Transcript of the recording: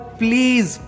please